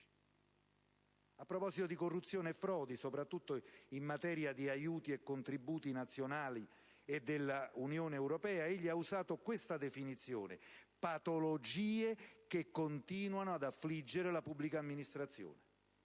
a proposito di corruzione e di frodi e soprattutto in materia di aiuti e contributi nazionali e dell'Unione europea egli ha usato questa definizione: «patologie che continuano ad affliggere la pubblica amministrazione».